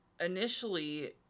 initially